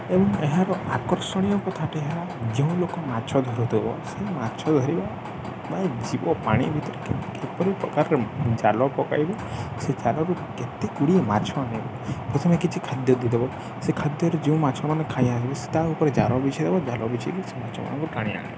ଏବଂ ଏହାର ଆକର୍ଷଣୀୟ କଥାଟି ହେଲା ଯେଉଁ ଲୋକ ମାଛ ଧରୁଥିବ ସେ ମାଛ ଧରିବା ପାଇଁ ଯିବ ପାଣି ଭିତରେ କେ କିପରି ପ୍ରକାରର ଜାଲ ପକାଇବେ ସେ ଜାଲରୁ କେତେ ଗୁଡ଼ିଏ ମାଛ ଆଣିବ ପ୍ରଥମେ କିଛି ଖାଦ୍ୟ ଦେଇଦେବ ସେ ଖାଦ୍ୟରେ ଯେଉଁ ମାଛ ମାନେ ଖାଇଆସିବେ ତା'ଉପରେ ଜାଲ ବିଛେଇଦେବେ ଜାଲ ବିଛେଇକି ସେ ମାଛମାନଙ୍କୁ ଟାଣି ଆଣିବ